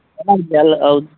ಅಲ್ಲ ಹೌದ್